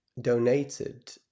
donated